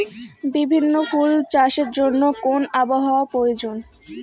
বিভিন্ন ফুল চাষের জন্য কোন আবহাওয়ার প্রয়োজন?